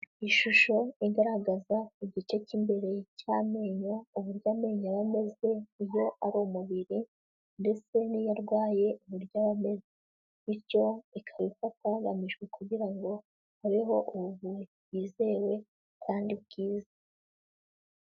Ishusho igaragaza igice cy'imbere cy'amenyo uburyo amenyo aba ameze iyo ari umubiri ndetse n'iyo arwaye uburyo aba ameze, bityo ikaba ifatwa hagamijwe kugira ngo habeho ubuvuzi bwizewe kandi bwiza.